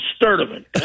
Sturdivant